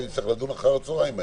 ונצטרך לדון אחר הצוהריים בהמשך.